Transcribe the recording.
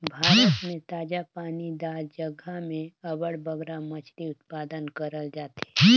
भारत में ताजा पानी दार जगहा में अब्बड़ बगरा मछरी उत्पादन करल जाथे